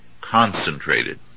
concentrated